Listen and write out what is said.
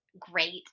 great